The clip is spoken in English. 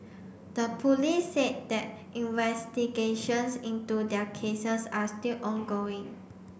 the police said that investigations into their cases are still ongoing